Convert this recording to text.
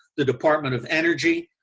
the department of energy,